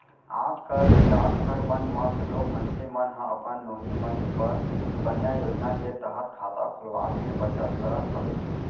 आज कल डाकघर मन म घलोक मनसे मन ह अपन नोनी मन बर सुकन्या योजना के तहत खाता खोलवाके बचत करत हवय